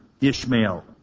Ishmael